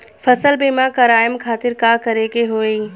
फसल बीमा करवाए खातिर का करे के होई?